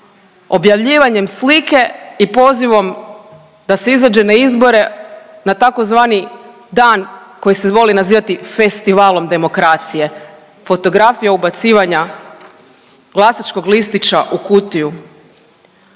objavljivanjem slike i pozivom da se izađe na izbore na tzv. dan koji se voli nazivati festivalom demokracije, fotografija ubacivanja glasačkog listića u kutiju.